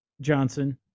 Johnson